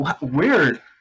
Weird